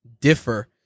differ